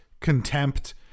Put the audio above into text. contempt